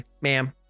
Ma'am